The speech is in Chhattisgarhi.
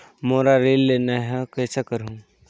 मोला ऋण लेना ह, कइसे करहुँ?